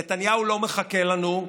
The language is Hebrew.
נתניהו לא מחכה לנו.